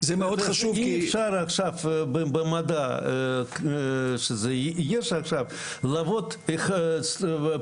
אני אתחיל מזה שאני רוצה להודות לוועדה מכובדת זו,